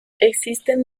existen